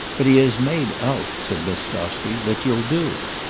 but he has made out, said miss gostrey, that you'll do.